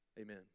amen